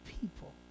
people